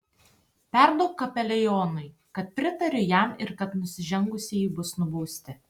perduok kapelionui kad pritariu jam ir kad nusižengusieji bus nubausti